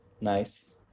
Nice